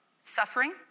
Suffering